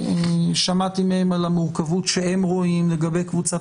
ושמעתי מהם על המורכבות שהם רואים לגבי קבוצת